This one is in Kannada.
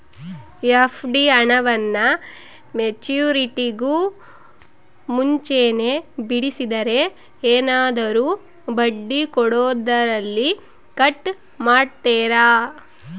ಎಫ್.ಡಿ ಹಣವನ್ನು ಮೆಚ್ಯೂರಿಟಿಗೂ ಮುಂಚೆನೇ ಬಿಡಿಸಿದರೆ ಏನಾದರೂ ಬಡ್ಡಿ ಕೊಡೋದರಲ್ಲಿ ಕಟ್ ಮಾಡ್ತೇರಾ?